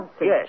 Yes